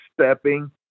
stepping